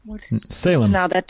Salem